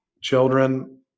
Children